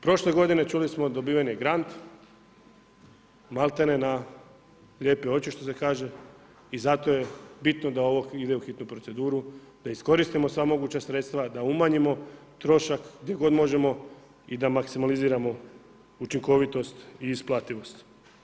Prošle godine, čuli smo dobiven je Grant malte ne na lijepe oči što se kaže i zato je bitno da ovo ide u hitnu proceduru, da iskoristimo sva moguća sredstva, da umanjimo trošak gdje god možemo i da maksimaliziramo učinkovitost i isplativost.